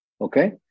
okay